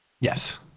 Yes